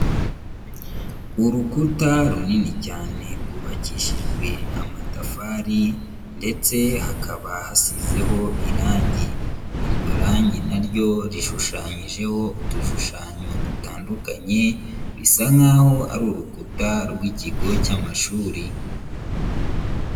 Urukuta runini cyane rwubakishijwe amatafari ndetse hakaba hasizeho irangi, iryo rangi na ryo rishushanyijeho udushushanyo dutandukanye bisa nk'aho ari urukuta rw'ikigo cy'amashuri.